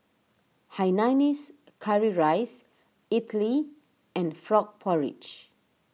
Hainanese Curry Rice Idly and Frog Porridge